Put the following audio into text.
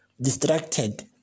distracted